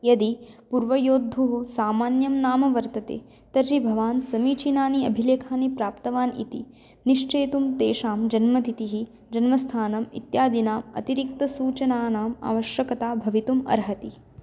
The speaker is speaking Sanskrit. यदि पूर्वयोद्धुः सामान्यं नाम वर्तते तर्हि भवान् समीचीनानि अभिलेखानि प्राप्तवान् इति निश्चेतुं तेषां जन्मतिथिः जन्मस्थानम् इत्यादीनाम् अतिरिक्तसूचनानाम् आवश्यकता भवितुम् अर्हति